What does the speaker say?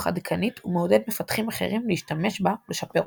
עדכנית ומעודד מפתחים אחרים להשתמש בה ולשפר אותה.